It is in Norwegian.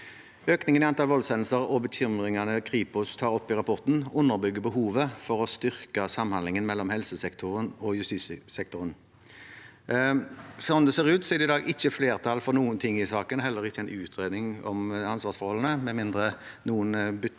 Økningen i antall voldshendelser og bekymringene Kripos tar opp i rapporten, underbygger behovet for å styrke samhandlingen mellom helsesektoren og justissektoren. Slik det ser ut, er det i dag ikke flertall for noe i saken, heller ikke en utredning om ansvarsforholdene – med mindre noen bytter